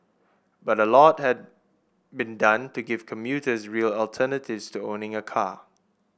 but a lot had been done to give commuters real alternatives to owning a car